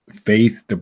faith